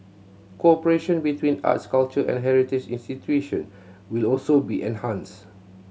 cooperation between arts culture and heritage institution will also be enhanced